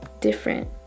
different